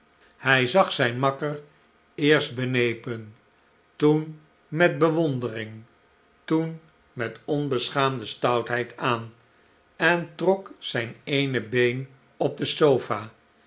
hij zag zijn makker eerst benepen toen met bewondering toen met onbeschaamde stoutheid aan en trok zijn eene been o p de sofa